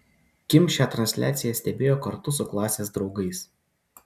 kim šią transliaciją stebėjo kartu su klasės draugais